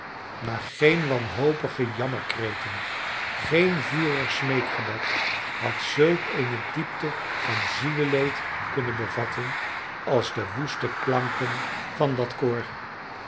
maar geen wanhopige jammerkreten geen vurig smeekgebed had zulk eene diepte van zieleleed kunnen bevatten als de woeste klanken van dat koor